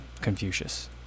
confucius